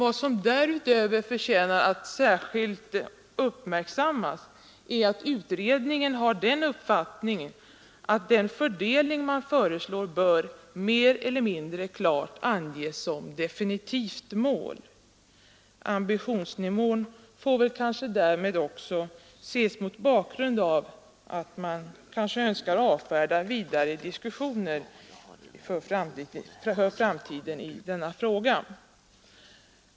Vad som dessutom förtjänar att särskilt uppmärksammas är att utredningen har den uppfattningen att den fördelning man föreslår bör ”mer eller mindre klart anges som ett definitivt mål”. Ambitionsnivån får väl därmed också ses mot bakgrund av att man kanske önskar för framtiden avfärda vidare diskussioner i denna fråga.